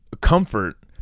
comfort